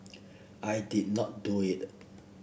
I did not do it